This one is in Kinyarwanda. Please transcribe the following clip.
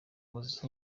muziki